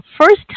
first